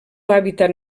hàbitat